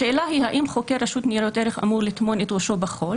השאלה היא האם חוקר רשות ניירות ערך אמור לטמון את ראשו בחול